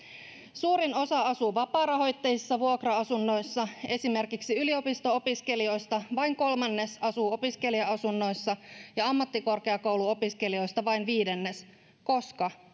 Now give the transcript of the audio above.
suurin osa asuu vapaarahoitteisissa vuokra asunnoissa esimerkiksi yliopisto opiskelijoista vain kolmannes asuu opiskelija asunnoissa ja ammattikorkeakouluopiskelijoista vain viidennes koska